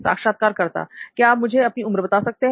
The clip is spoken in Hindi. साक्षात्कारकर्ता क्या आप मुझे अपनी उम्र बता सकते हैं